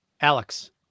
Alex